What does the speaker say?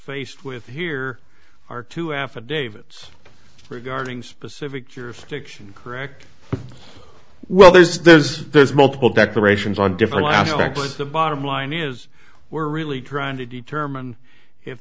facing with here are two affidavits regarding specific jurisdiction correct well there's there's there's multiple declarations are different but the bottom line is we're really trying to determine if